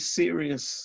serious